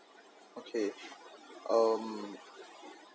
okay um